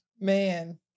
Man